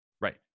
Right